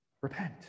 Repent